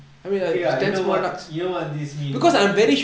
okay ah you know what you know what this means or not